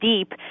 deep